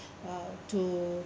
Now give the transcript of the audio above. uh to